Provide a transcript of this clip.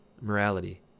morality